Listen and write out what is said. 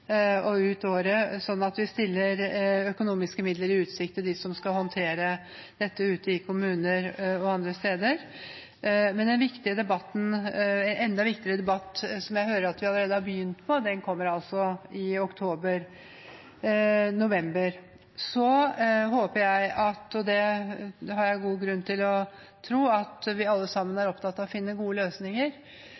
og som kommer til å skje ut året – slik at vi stiller økonomiske midler i utsikt til dem som skal håndtere dette ute i kommunene og andre steder. En enda viktigere debatt, som jeg hører at vi allerede har begynt på, kommer altså i november. Så håper jeg – og det har jeg god grunn til å tro – at vi alle sammen er opptatt av å finne gode løsninger.